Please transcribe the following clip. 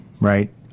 right